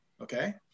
okay